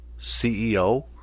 CEO